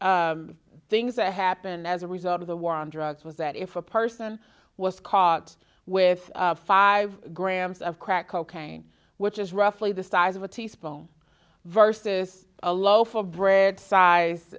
the things that happened as a result of the war on drugs was that if a person was caught with five grams of crack cocaine which is roughly the size of a teaspoon versus a loaf of bread size